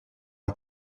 att